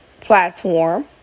platform